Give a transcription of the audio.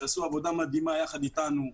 שעשו עבודה מדהימה יחד אתנו,